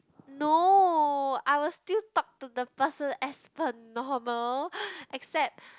no I will still talk to the person as per normal except